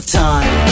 time